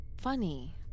funny